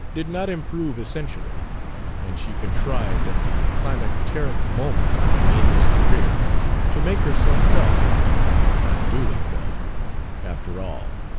did not improve essentially and she contrived at the climacteric moment of amy's career to make herself felt unduly felt after all.